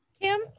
Kim